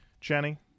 Jenny